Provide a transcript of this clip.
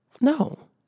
No